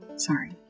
Sorry